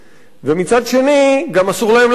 ומצד שני אסור להם לעבוד,